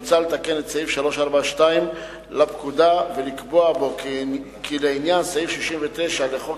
מוצע לתקן את סעיף 342 לפקודה ולקבוע בו כי לעניין סעיף 69 לחוק